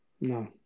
No